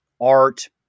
art